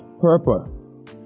purpose